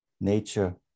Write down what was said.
Nature